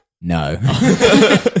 No